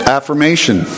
Affirmation